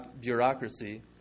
bureaucracy